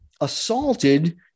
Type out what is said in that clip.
assaulted